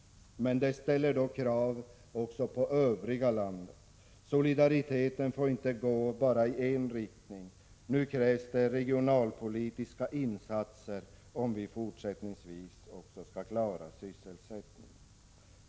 Men det ställer då krav också på övriga landet. Solidariteten får inte bara gå i en riktning. Nu krävs det regionalpolitiska insatser, om vi fortsättningsvis skall klara sysselsättningen.